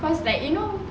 cause like you know